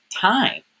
time